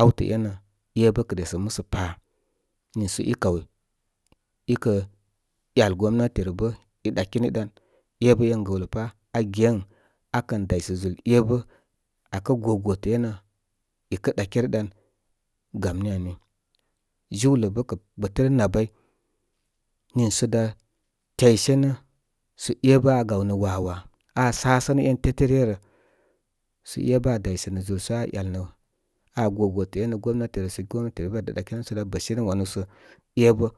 Awtə énə é bə kə resə musə pa niisə i kaw ikə yal gomnati rə bə i dakiri ɗan. Ébə én gəwlə páage ən akən daysə zúl ébə akə gogotə enə i kə ɗakere ɗan. Gam ni ani, jiwlə bə kə gbətere nay bay niisə dá təysene sə é bə aa gaw wawa aa sasənə en tetə ryə rə. Sə ébə aa daysənə zúlsə aa ‘eyalnə aa go otə énə sə gomnatirə gom bə ka ɗakere sə da bə sene wanu sə é bə.